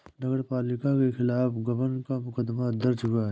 नगर पालिका के खिलाफ गबन का मुकदमा दर्ज हुआ है